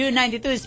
U92